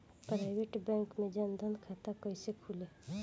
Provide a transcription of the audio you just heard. Private bank मे जन धन खाता कैसे खुली?